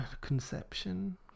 conception